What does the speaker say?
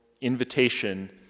invitation